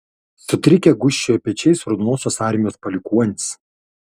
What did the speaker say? sutrikę gūžčiojo pečiais raudonosios armijos palikuonys